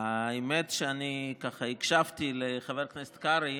האמת שאני הקשבתי לחבר הכנסת קרעי,